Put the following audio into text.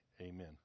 amen